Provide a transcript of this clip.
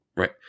Right